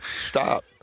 Stop